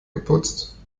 geputzt